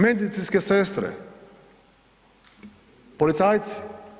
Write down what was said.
Medicinske sestre, policajci.